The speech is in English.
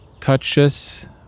touches